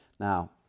Now